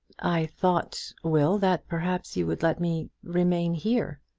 i thought, will, that perhaps you would let me remain here.